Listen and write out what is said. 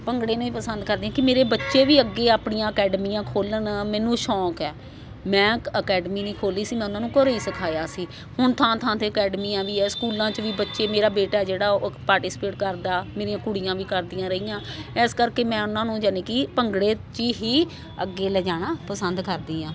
ਭੰਗੜੇ ਨੂੰ ਹੀ ਪਸੰਦ ਕਰਦੀ ਹਾਂ ਕਿ ਮੇਰੇ ਬੱਚੇ ਵੀ ਅੱਗੇ ਆਪਣੀਆਂ ਅਕੈਡਮੀਆਂ ਖੋਲ੍ਹਣ ਮੈਨੂੰ ਸ਼ੌਕ ਹੈ ਮੈਂ ਕ ਅਕੈਡਮੀ ਨ ਖੋਲ੍ਹੀ ਸੀ ਮੈਂ ਉਹਨਾਂ ਨੂੰ ਘਰੋਂ ਹੀ ਸਿਖਾਇਆ ਸੀ ਹੁਣ ਥਾਂ ਥਾਂ 'ਤੇ ਅਕੈਡਮੀਆਂ ਵੀ ਹੈ ਸਕੂਲਾਂ 'ਚ ਵੀ ਬੱਚੇ ਮੇਰਾ ਬੇਟਾ ਜਿਹੜਾ ਉਹ ਪਾਰਟੀਸਪੇਟ ਕਰਦਾ ਮੇਰੀਆਂ ਕੁੜੀਆਂ ਵੀ ਕਰਦੀਆਂ ਰਹੀਆਂ ਇਸ ਕਰਕੇ ਮੈਂ ਉਹਨਾਂ ਨੂੰ ਯਾਨੀ ਕਿ ਭੰਗੜੇ 'ਚ ਹੀ ਅੱਗੇ ਲਿਜਾਉਣਾ ਪਸੰਦ ਕਰਦੀ ਹਾਂ